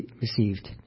received